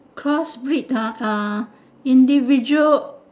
cross breed ah ah individual